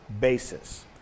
basis